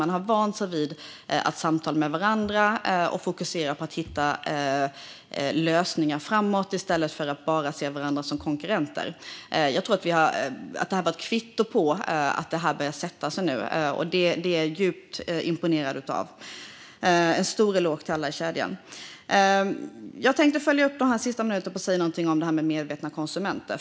Man har vant sig vid att samtala med varandra och fokusera på att hitta lösningar framåt i stället för att bara se varandra som konkurrenter. Jag tror att det här var ett kvitto på att det börjar sätta sig nu, och det är jag djupt imponerad av. En stor eloge till alla i kedjan! Jag tänkte använda de sista minuterna till att följa upp det jag sade om medvetna konsumenter.